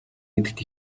гэдэгт